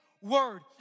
word